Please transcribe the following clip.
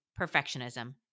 perfectionism